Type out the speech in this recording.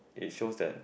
it shows that